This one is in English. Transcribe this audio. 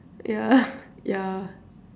ya ya